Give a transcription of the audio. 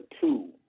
two